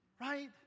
right